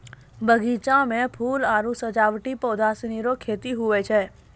बगीचा मे फूल आरु सजावटी पौधा सनी रो खेती हुवै छै